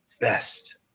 best